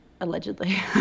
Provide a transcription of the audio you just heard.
allegedly